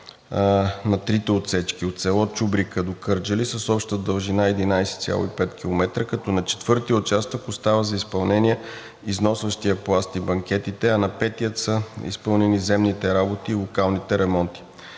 на трите отсечки от село Чубрика до Кърджали с обща дължина 11,5 км, като на четвъртия участък остава за изпълнение износващият пласт и банкети, а на петия са изпълнени земните работи и локалните ремонти.